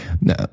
Now